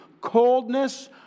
coldness